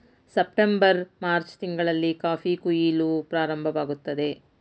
September March ತಿಂಗಳಲ್ಲಿ coffee ಕುಯಿಲು ಪ್ರಾರಂಭವಾಗುತ್ತದೆ